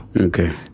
Okay